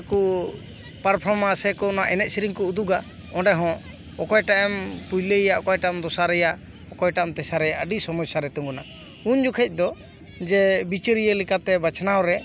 ᱠᱚ ᱯᱟᱨᱯᱷᱚᱨᱢᱟ ᱥᱮᱠᱚ ᱚᱱᱟ ᱮᱱᱮᱡ ᱥᱮᱨᱮᱧ ᱠᱚ ᱩᱫᱩᱜᱟ ᱚᱸᱰᱮᱦᱚᱸ ᱚᱠᱭᱴᱟᱜ ᱮᱢ ᱯᱩᱭᱞᱟᱹᱭ ᱮᱭᱟ ᱚᱠᱚᱭᱴᱟᱜ ᱮᱢ ᱫᱚᱥᱟᱨᱮᱭᱟ ᱚᱠᱚᱭᱴᱟᱜ ᱮᱢ ᱛᱮᱥᱟᱨᱮᱭᱟ ᱟᱹᱰᱤ ᱥᱚᱢᱢᱚᱥᱥᱟ ᱨᱮ ᱛᱤᱸᱜᱩᱱᱟ ᱩᱱ ᱡᱚᱠᱷᱟᱡ ᱫᱚ ᱡᱮ ᱵᱤᱪᱟᱹᱨᱤᱭᱟᱹ ᱞᱮᱠᱟᱛᱮ ᱵᱟᱪᱷᱱᱟᱣ ᱨᱮ